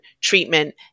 treatment